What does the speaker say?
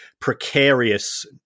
precarious